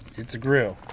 it's a grill,